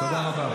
תודה רבה.